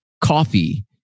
coffee